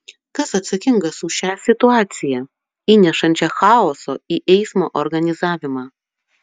kas atsakingas už šią situaciją įnešančią chaoso į eismo organizavimą